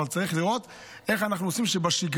אבל צריך לראות איך אנחנו עושים שבשגרה